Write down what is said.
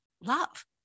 love